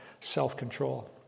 self-control